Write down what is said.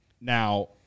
Now